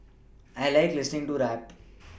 I like listening to rap